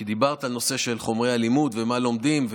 כי דיברת על נושא של חומרי הלימוד ועל מה לומדים,